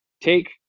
take